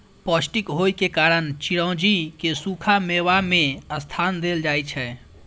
पौष्टिक होइ के कारण चिरौंजी कें सूखा मेवा मे स्थान देल जाइ छै